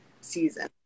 season